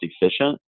efficient